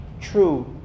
true